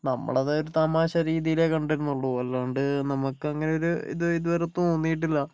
നമ്മളത് ഒരു തമാശ രീതിയിലേ കണ്ടിരുന്നുള്ളൂ അല്ലാണ്ട് നമുക്കങ്ങനെയൊരു ഇത് ഇതുവരെ തോന്നീട്ടില്ല